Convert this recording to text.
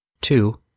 Two